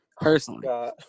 personally